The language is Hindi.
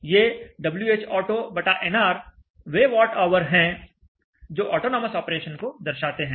ये Whauto बटा nr वे वाट ऑवर हैं जो ऑटोनॉमस ऑपरेशन को दर्शाते हैं